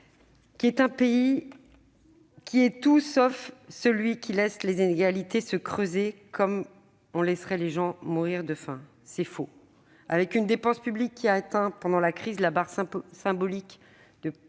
voulez ? La France est tout sauf un pays qui laisse les inégalités se creuser, comme on laisserait les gens mourir de faim. C'est faux ! Avec une dépense publique qui a atteint, pendant la crise, la barre symbolique de 60